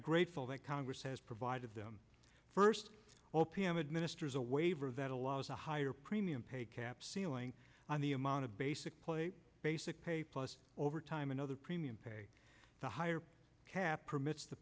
grateful that congress has provided them first o p m administers a waiver that allows a higher premium pay cap ceiling on the amount of basic play basic pay plus overtime another premium pay the higher cap permits the